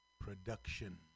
production